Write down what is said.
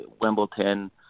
Wimbledon